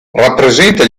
rappresenta